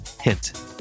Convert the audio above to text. Hint